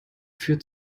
führt